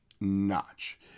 notch